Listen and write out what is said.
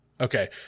okay